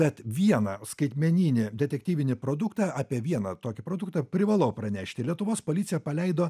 bet vieną skaitmeninį detektyvinį produktą apie vieną tokį produktą privalau pranešti lietuvos policija paleido